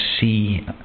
see